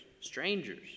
strangers